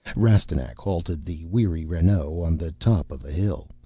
rastignac halted the weary renault on the top of a hill,